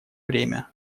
время